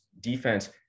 defense